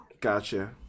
Gotcha